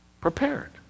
prepared